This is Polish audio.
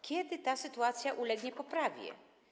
Kiedy ta sytuacja ulegnie poprawie?